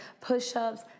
Push-ups